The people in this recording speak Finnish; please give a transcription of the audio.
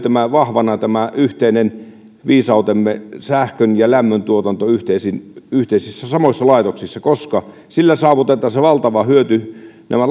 vahvana tämä yhteinen viisautemme sähkön ja lämmöntuotanto yhteisissä yhteisissä samoissa laitoksissa koska sillä saavutetaan se valtava hyöty tämä